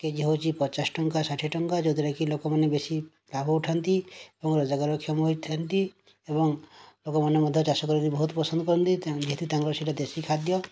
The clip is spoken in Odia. କେଜି ହେଉଛି ପଚାଶ ଟଙ୍କା ଷାଠିଏ ଟଙ୍କା ଯେଉଁଥିରେ କି ଲୋକମାନେ ବେଶୀ ଲାଭ ଉଠାନ୍ତି ଏବଂ ରୋଜଗାରକ୍ଷମ ହୋଇଥାନ୍ତି ଏବଂ ଅନ୍ୟ ମଧ୍ୟ ଚାଷ କରନ୍ତି ବହୁତ ପସନ୍ଦ କରନ୍ତି ଏଥିରେ ତାଙ୍କର ସେଇଟା ଦେଶୀ ଖାଦ୍ୟ